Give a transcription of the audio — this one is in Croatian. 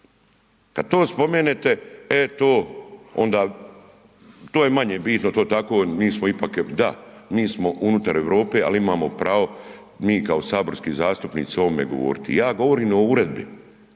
kad to spomenete e to onda to je manje bitno to tako mi smo ipak, da mi smo unutar Europe, ali imamo pravo mi kao saborski zastupnici o ovome govoriti. I ja govorim o uredbi,